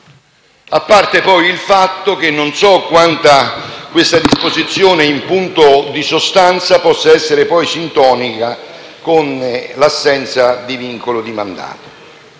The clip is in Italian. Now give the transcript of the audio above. poi, il fatto che non so quanto questa disposizione in punto di sostanza possa essere sintonica con l'assenza di vincolo di mandato.